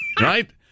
Right